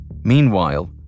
Meanwhile